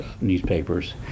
newspapers